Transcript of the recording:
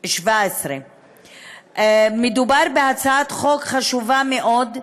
ביוני 2017. מדובר בהצעת חוק חשובה מאוד,